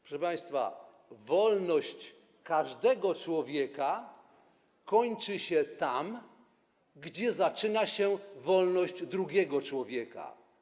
Proszę państwa, wolność każdego człowieka kończy się tam, gdzie zaczyna się wolność drugiego człowieka.